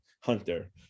hunter